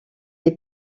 est